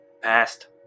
passed